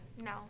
no